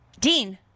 Dean